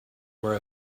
were